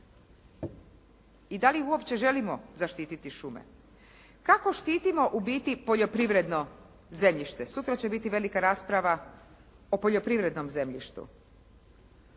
I da li uopće želimo zaštititi šume? Kako štitimo ubiti poljoprivredno zemljište? Sutra će biti velika rasprava o poljoprivrednom zemljištu.